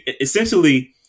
essentially